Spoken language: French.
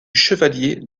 chevalier